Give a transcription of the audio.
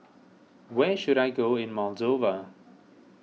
where should I go in Moldova